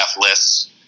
lists